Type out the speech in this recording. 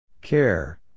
Care